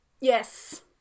Yes